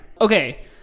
Okay